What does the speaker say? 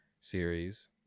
series